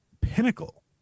pinnacle